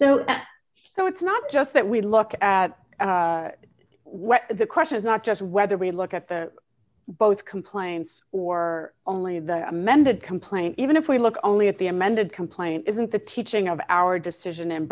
so so it's not just that we look at what the question is not just whether we look at the both complaints or only the amended complaint even if we look only at the amended complaint isn't the teaching of our decision and